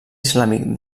islàmic